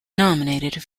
nominated